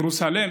ירוסלם